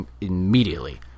immediately